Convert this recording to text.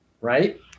Right